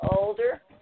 older